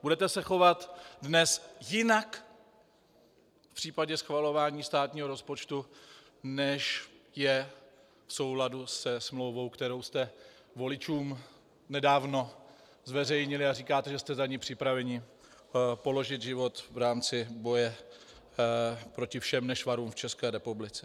Budete se chovat dnes jinak v případě schvalování státního rozpočtu, než je v souladu se smlouvou, kterou jste voličům nedávno zveřejnili, a říkáte, že jste za ni připraveni položit život v rámci boje proti všem nešvarům v České republice.